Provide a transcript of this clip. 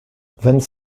vingt